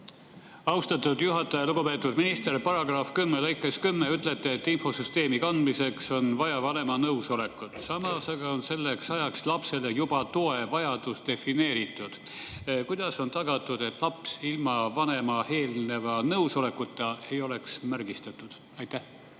Austatud juhataja! Lugupeetud minister! Paragrahvi 10 lõikes 10 ütlete, et infosüsteemi kandmiseks on vaja vanema nõusolekut, samas aga on selleks ajaks lapsel juba toe vajadus defineeritud. Kuidas on tagatud, et laps ilma vanema eelneva nõusolekuta ei oleks märgistatud? Austatud